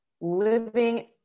living